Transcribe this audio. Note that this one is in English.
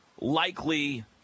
likely